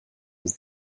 was